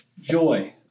joy